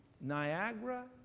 Niagara